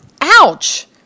ouch